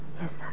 Yes